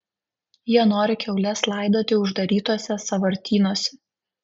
jie nori kiaules laidoti uždarytuose sąvartynuose